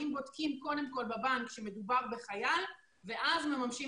האם בודקים קודם כל בבנק שמדובר בחייל ואז מממשים